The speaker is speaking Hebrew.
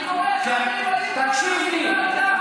אני קורא להפסיק עם זה, להפסיק עם ההסתה.